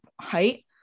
height